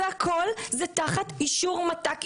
והכול תחת אישור מת"ק,